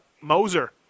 Moser